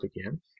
again